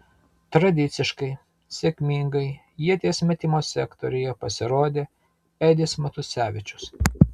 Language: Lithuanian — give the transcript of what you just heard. tradiciškai sėkmingai ieties metimo sektoriuje pasirodė edis matusevičius